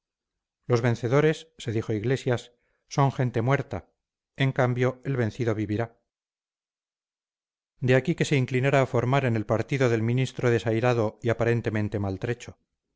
los vencedores se dijo iglesias son gente muerta en cambio el vencido vivirá de aquí que se inclinara a formar en el partido del ministro desairado y aparentemente maltrecho